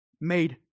made